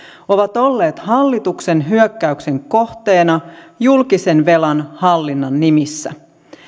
ovat olleet hallituksen hyökkäyksen kohteina julkisen velan hallinnan nimissä